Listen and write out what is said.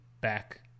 back